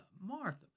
Martha